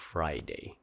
Friday